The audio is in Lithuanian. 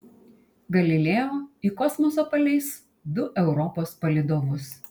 galileo į kosmosą paleis du europos palydovus